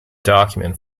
document